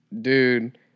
dude